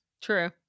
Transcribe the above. True